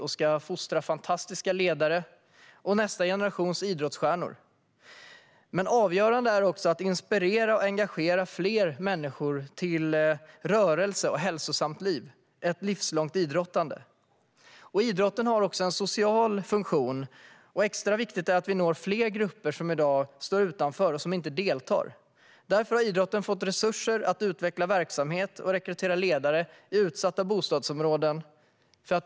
Den ska fostra fantastiska ledare och nästa generations idrottsstjärnor. Men avgörande är också att inspirera och engagera fler människor till rörelse och ett hälsosamt liv - ett livslångt idrottande. Idrotten har också en social funktion och extra viktigt är att vi når fler grupper som i dag inte deltar. Därför har idrotten fått resurser att utveckla verksamheten och rekrytera ledare i utsatta bostadsområden.